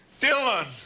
Dylan